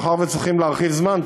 מאחר שצריכים להרחיב זמן,